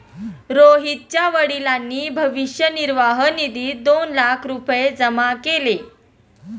रोहितच्या वडिलांनी भविष्य निर्वाह निधीत दोन लाख रुपये जमा केले